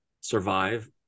survive